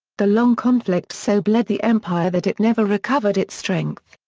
the long conflict so bled the empire that it never recovered its strength.